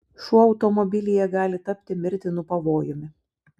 šuo automobilyje gali tapti mirtinu pavojumi